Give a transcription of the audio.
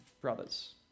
brothers